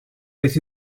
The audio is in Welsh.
beth